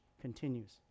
continues